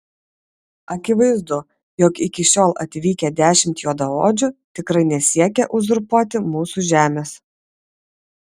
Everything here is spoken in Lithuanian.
akivaizdu jog iki šiol atvykę dešimt juodaodžių tikrai nesiekia uzurpuoti mūsų žemės